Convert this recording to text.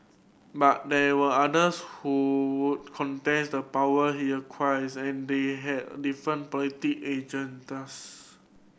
but there were others who would contest the power he acquires and they had different agendas